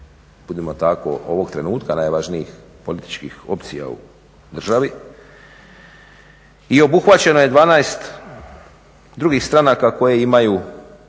budimo tako ovog trenutka najvažnijih političkih opcija u državi i obuhvaćeno je 12 drugih stranaka koje imaju